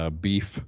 beef